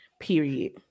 Period